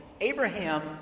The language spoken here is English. Abraham